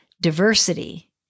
diversity